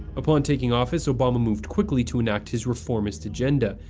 upon taking office, obama moved quickly to enact his reformist agenda,